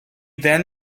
then